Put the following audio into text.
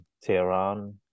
Tehran